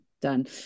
Done